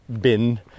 bin